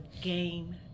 game